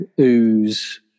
ooze